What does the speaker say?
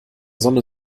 sonne